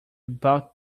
about